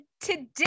today